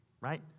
right